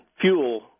fuel